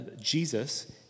Jesus